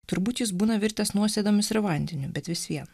turbūt jis būna virtęs nuosėdomis ir vandeniu bet vis vien